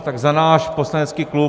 Tak za náš poslanecký klub.